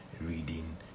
reading